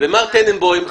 ומר טננבוים,